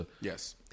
Yes